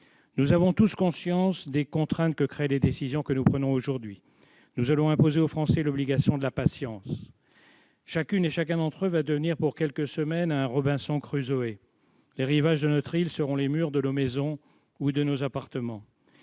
Nous avons tous conscience des contraintes que créent les décisions que nous prenons aujourd'hui. Nous allons imposer aux Français l'obligation de la patience. Chacune et chacun d'entre eux va devenir pour quelques semaines un Robinson Crusoé. Les rivages de notre île seront les murs de nos maisons ou de nos appartements.